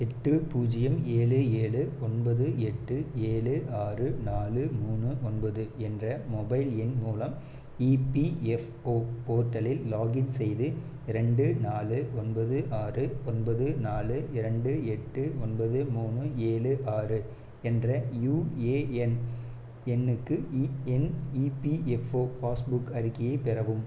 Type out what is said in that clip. எட்டு பூஜ்ஜியம் ஏழு ஏழு ஒன்பது எட்டு ஏழு ஆறு நாலு மூணு ஒன்பது என்ற மொபைல் எண் மூலம் இபிஎஃப்ஓ போர்ட்டலில் லாகின் செய்து ரெண்டு நாலு ஒன்பது ஆறு ஒன்பது நாலு இரண்டு எட்டு ஒன்பது மூணு ஏழு ஆறு என்ற யுஏஎன் எண்ணுக்கு என் இபிஎஃப்ஓ பாஸ்புக் அறிக்கையை பெறவும்